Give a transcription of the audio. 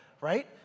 right